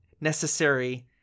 necessary